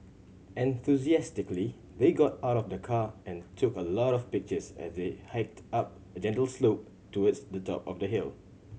enthusiastically they got out of the car and took a lot of pictures as they hiked up a gentle slope towards the top of the hill